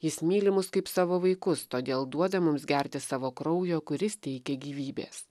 jis myli mus kaip savo vaikus todėl duoda mums gerti savo kraujo kuris teikia gyvybės